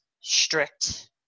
strict